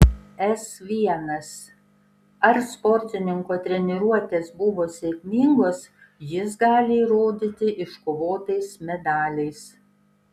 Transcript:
s l ar sportininko treniruotės buvo sėkmingos jis gali įrodyti iškovotais medaliais